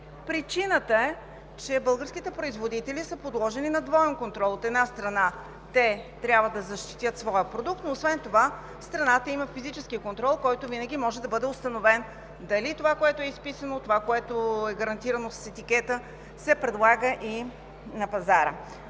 Причината е, че българските производители са подложени на двоен контрол. От една страна, те трябва да защитят своя продукт, но освен това страната има физическия контрол, който винаги може да бъде установен – дали това, което е изписано, и това, което е гарантирано с етикета, се предлага и на пазара.